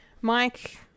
Mike